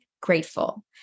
grateful